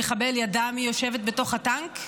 המחבל ידע מי יושבת בתוך הטנק,